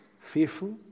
fearful